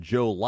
Joe